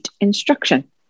instruction